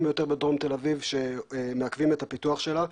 ביותר בדרום תל אביב שמעקבים את הפיתוח שלה,